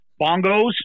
bongos